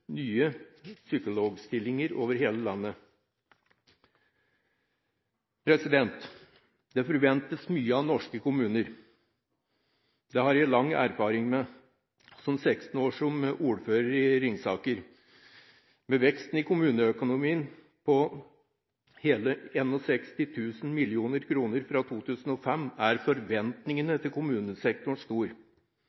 nye psykologstillinger over hele landet. Det forventes mye av norske kommuner. Det har jeg lang erfaring med, som ordfører i 16 år i Ringsaker. Med en vekst i kommuneøkonomien på hele 61 000 mill. kr fra 2005 er forventningene